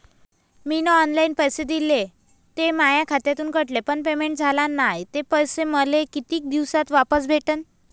मीन online पैसे दिले, ते माया खात्यातून कटले, पण पेमेंट झाल नायं, ते पैसे मले कितीक दिवसात वापस भेटन?